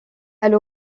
elle